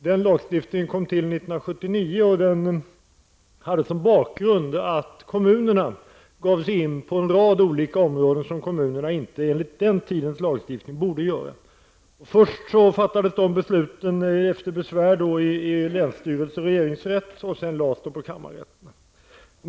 Denna lagstiftning kom till 1979, och den hade som bakgrund att kommunerna gav sig in på en rad olika områden som kommunerna enligt den tidens lagstiftning inte borde ge sig in på. Först fattades dessa beslut efter besvär i länsstyrelse och regeringsrätt, och sedan lades de på kammarrätterna.